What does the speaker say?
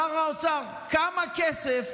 שר האוצר, כמה כסף